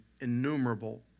innumerable